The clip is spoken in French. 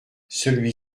celui